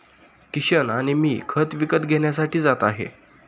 किशन आणि मी खत विकत घेण्यासाठी जात आहे